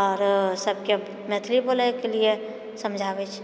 आओर सबके मैथिली बोलएकेलिए समझाबए छिए